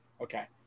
okay